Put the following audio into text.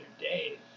day